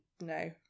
no